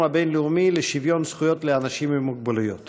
הבין-לאומי לשוויון זכויות לאנשים עם מוגבלויות